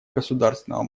государственного